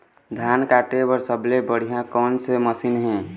धान काटे बर सबले बढ़िया कोन से मशीन हे?